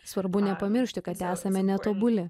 svarbu nepamiršti kad esame netobuli